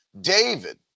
David